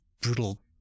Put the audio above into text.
brutal